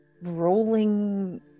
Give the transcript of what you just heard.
rolling